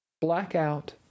blackout